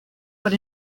but